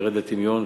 ירד לטמיון,